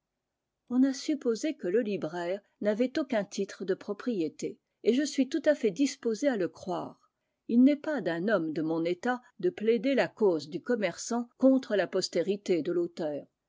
on a supposé que le libraire n'avait aucun titre de propriété et je suis tout à fait disposé à le croire il n'est pas d'un homme de mon état de plaider la cause du commerçant contre la postérité de l'auteur